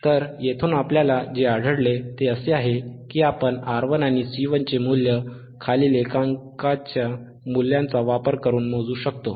तर येथून आपल्याला जे आढळले ते असे आहे की आपण R1 आणि C1 चे मूल्य खालील एककांच्या मूल्यांचा वापर करून मोजू शकतो